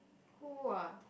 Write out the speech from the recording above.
who ah